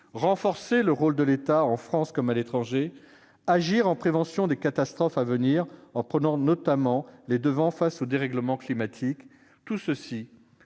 renforcer le rôle de l'État en France comme à l'étranger, agir en prévention des catastrophes à venir, en prenant notamment les devants face au dérèglement climatique : nous